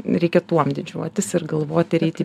reikia tuom didžiuotis ir galvot ir eit į